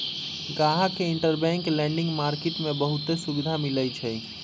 गाहक के interbank lending market में बहुते सुविधा मिलई छई